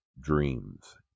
dreams